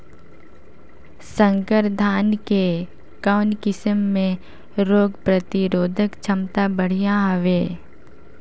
संकर धान के कौन किसम मे रोग प्रतिरोधक क्षमता बढ़िया हवे?